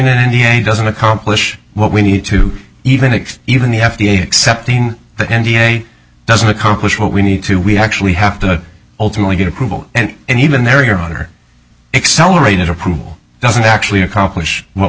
doesn't accomplish what we need to even if even the f d a accepting the n g a doesn't accomplish what we need to we actually have to ultimately get approval and and even there your honor accelerated approval doesn't actually accomplish what